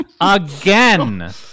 Again